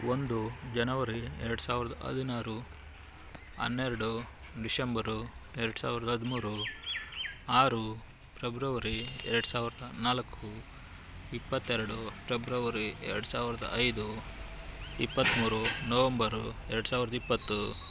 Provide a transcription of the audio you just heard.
ಒಂದು ಜನವರಿ ಎರಡು ಸಾವಿರದ ಹದಿನಾರು ಹನ್ನೆರಡು ಡಿಶೆಂಬರು ಎರಡು ಸಾವಿರದ ಹದಿಮೂರು ಆರು ಫ್ರೆಬ್ರವರಿ ಎರಡು ಸಾವಿರದ ನಾಲ್ಕು ಇಪ್ಪತ್ತೆರಡು ಫೆಬ್ರವರಿ ಎರಡು ಸಾವಿರದ ಐದು ಇಪ್ಪತ್ತ್ಮೂರು ನವೆಂಬರು ಎರಡು ಸಾವಿರದ ಇಪ್ಪತ್ತು